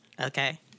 okay